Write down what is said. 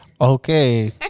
Okay